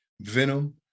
Venom